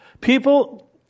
People